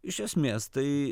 iš esmės tai